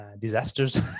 disasters